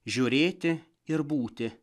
žiūrėti ir būti